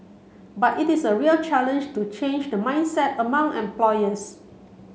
but it is a real challenge to change the mindset among employers